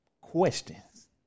questions